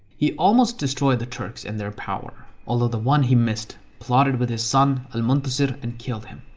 he almost destroyed the turks and their power. although, the one he missed, plotted with his son, al-muntasir and killed him.